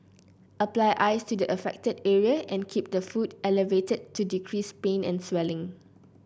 apply ice to the affected area and keep the foot elevated to decrease pain and swelling